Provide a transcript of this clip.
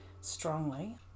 strongly